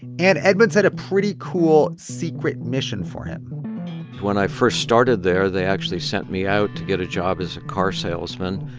and edmunds had a pretty cool secret mission for him when i first started there, they actually sent me out to get a job as a car salesman.